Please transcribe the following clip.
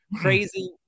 crazy